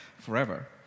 forever